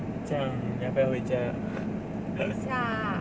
这样你要不要回家